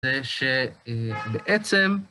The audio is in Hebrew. זה שבעצם...